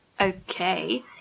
Okay